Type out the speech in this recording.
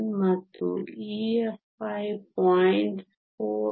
1 ಮತ್ತು EFi 0